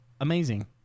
Amazing